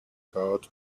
heart